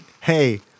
hey